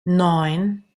neun